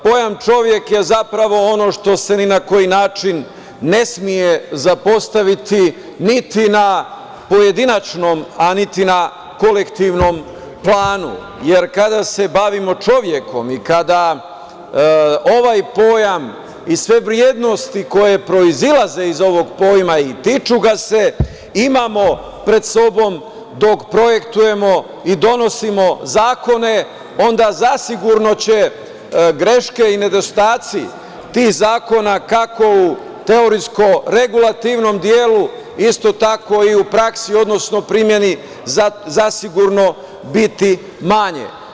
Pojam čovek je zapravo ono što se ni na koji način ne sme zapostaviti, ni na pojedinačnom, a ni na kolektivnom planu, jer kada se bavimo čovekom i kada ovaj pojam i sve vrednosti koje proizilaze iz ovog pojma i tiču ga se, imamo pred sobom dok projektujemo i donosimo zakone, zasigurno će greške i nedostaci tih zakona, kako u teorijsko regulativnom delu, isto tako i u praksi, odnosno u primeni sigurno biti manje.